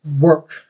work